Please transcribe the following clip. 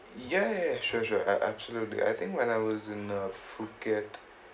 ya ya sure sure absolutely I think when I was in uh phuket